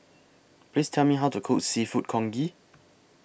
Please Tell Me How to Cook Seafood Congee